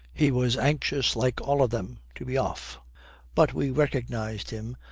he was anxious, like all of them, to be off but we recognised him,